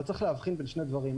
אבל צריך להבחין בין שני דברים.